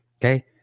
Okay